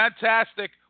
fantastic